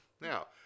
Now